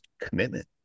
commitment